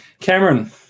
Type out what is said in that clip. cameron